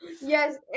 Yes